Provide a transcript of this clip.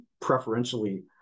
preferentially